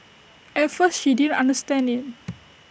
at first she didn't understand IT